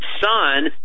son